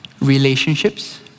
relationships